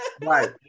Right